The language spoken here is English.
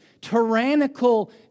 tyrannical